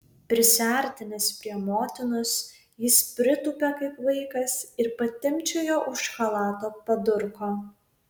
prisiartinęs prie motinos jis pritūpė kaip vaikas ir patimpčiojo už chalato padurko